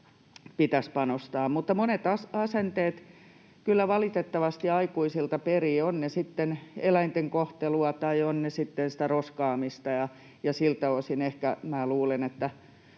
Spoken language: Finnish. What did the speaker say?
pitäisi panostaa. Monet asenteet kyllä valitettavasti aikuisilta peritään, on se sitten eläinten kohtelua tai on se sitten sitä roskaamista, ja siltä osin minä ehkä luulen, että